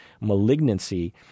malignancy